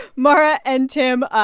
mara and tim,